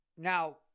Now